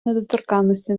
недоторканності